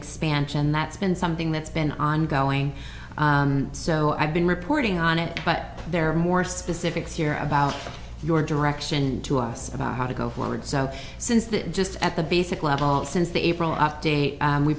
expansion that's been something that's been ongoing so i've been reporting on it but there are more specifics here about your direction to us about how to go forward so since that just at the basic level since the april update